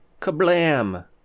Kablam